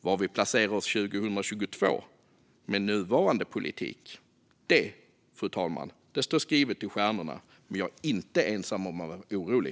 Var vi placerar oss 2022 med nuvarande politik står, fru talman, skrivet i stjärnorna, men jag är inte ensam om att vara orolig.